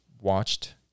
watched